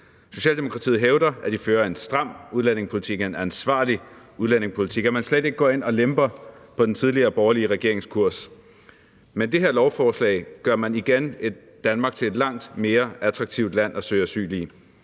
Socialdemokratiet hævder, at de fører en stram udlændingepolitik, en ansvarlig udlændingepolitik, og at de slet ikke går ind og lemper den tidligere borgerlige regerings politik, men med det her lovforslag gør man igen Danmark til et langt mere attraktivt land at søge asyl i,